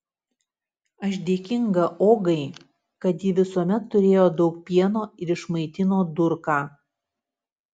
aš dėkinga ogai kad ji visuomet turėjo daug pieno ir išmaitino durką